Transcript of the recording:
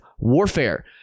warfare